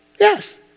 Yes